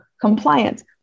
compliance